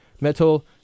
metal